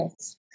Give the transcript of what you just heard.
Yes